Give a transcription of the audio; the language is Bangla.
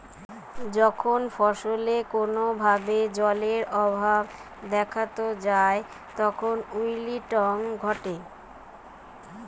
যখন ফসলে কোনো ভাবে জলের অভাব দেখাত যায় তখন উইল্টিং ঘটে